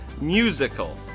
musical